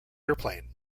airplane